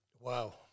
Wow